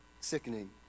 sickening